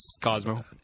Cosmo